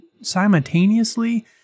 simultaneously